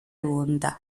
runda